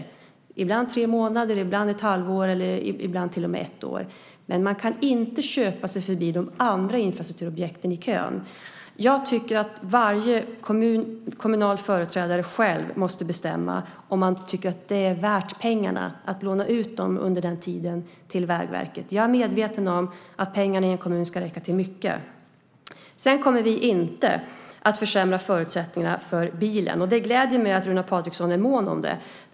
Det kan ibland vara tre månader, ibland ett halvår eller ibland till och med ett år. Men man kan inte köpa sig förbi de andra infrastrukturobjekten i kön. Jag tycker att varje kommunal företrädare själv måste bestämma om man tycker att det är värt pengarna att låna ut dem under den tiden till Vägverket. Jag är medveten om att pengarna i en kommun ska räcka till mycket. Vi kommer inte att försämra förutsättningarna för bilen. Det gläder mig att Runar Patriksson är mån om det.